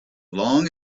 long